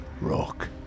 rock